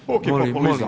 Puki populizam.